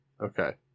Okay